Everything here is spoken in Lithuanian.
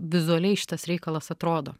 vizualiai šitas reikalas atrodo